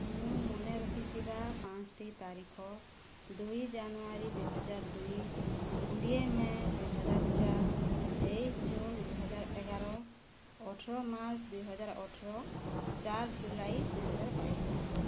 ମୁଁ ମନେ ରଖିଥିବା ପାଞ୍ଚ୍ଟି ତାରିଖ ଦୁଇ ଜାନୁଆରୀ ଦୁଇ ହଜାର ଦୁଇ କୋଡ଼ିଏ ମେ ଦୁଇ ହଜାର ଚାର୍ ତେଇଶ ଜୁନ ଦୁଇ ହଜାର ଏଗାର ଅଠର ମାର୍ଚ୍ଚ ଦୁଇ ହଜାର ଅଠର ଚାର୍ ଜୁଲାଇ ଦୁଇ ହଜାର ବାଇଶ